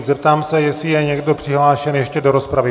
Zeptám se, jestli je někdo přihlášen ještě do rozpravy.